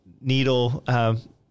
needle